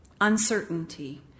uncertainty